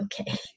okay